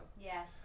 Yes